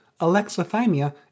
alexithymia